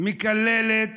מקללת